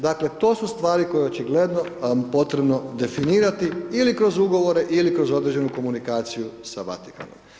Dakle, to su stvari koje je očigledno potrebno definirati ili kroz ugovore ili kroz određenu komunikaciju sa Vatikanom.